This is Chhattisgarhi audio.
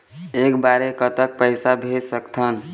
एक बार मे कतक पैसा भेज सकत हन?